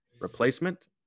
replacement